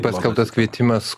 paskelbtas kvietimas